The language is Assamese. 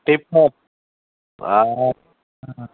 টিপটপ